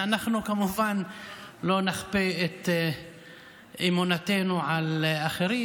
אבל אנחנו כמובן לא נכפה את אמונתנו על אחרים.